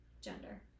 gender